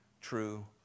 true